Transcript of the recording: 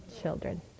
children